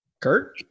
Kurt